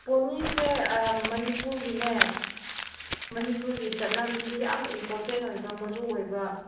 ꯄꯣꯅꯤꯁꯦ ꯃꯅꯤꯄꯨꯔꯒꯤꯅꯦ ꯃꯅꯤꯄꯨꯔꯒꯤ ꯆꯠꯅꯕꯤꯗ ꯌꯥꯝꯅ ꯏꯝꯄꯣꯔꯇꯦꯟ ꯑꯣꯏꯕ ꯃꯔꯨ ꯑꯣꯏꯕ